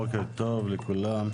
בוקר טוב לכולם.